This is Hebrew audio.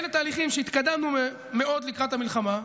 אלה תהליכים שהתקדמנו בהם מאוד לקראת המלחמה,